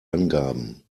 angaben